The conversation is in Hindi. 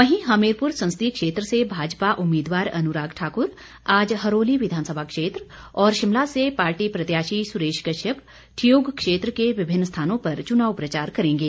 वहीं हमीरपुर संसदीय क्षेत्र से भाजपा उम्मीदवार अनुराग ठाकुर आज हरोली विधानसभा क्षेत्र और शिमला से पार्टी प्रत्याशी सुरेश कश्यप ठियोग क्षेत्र के विभिन्न स्थानों पर चुनाव प्रचार करेंगे